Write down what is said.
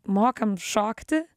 mokam šokti